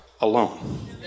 alone